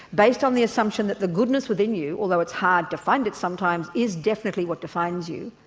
based on the assumption that the goodness within you, although it's hard to find it sometimes, is definitely what defines you.